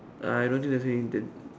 I don't think that's you intent